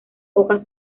hojas